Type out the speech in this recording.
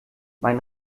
mein